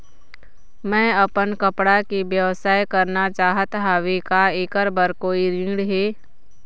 मैं अपन कपड़ा के व्यवसाय करना चाहत हावे का ऐकर बर कोई ऋण हे?